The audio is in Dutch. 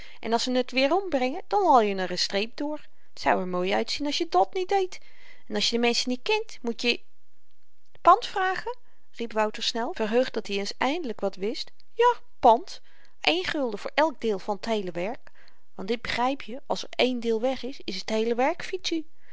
en als ze n t weerom brengen dan haal je n r n streep door t zou er mooi uitzien als je dàt niet deed en als je de menschen niet kent moet je pand vragen riep wouter snel verheugd dat-i eens eindelyk wat wist ja pand eén gulden voor elk deel van t heele werk want dit begryp je als er één deel weg is is t heele werk